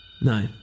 No